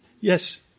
Yes